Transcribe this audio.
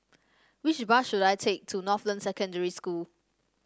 which bus should I take to Northland Secondary School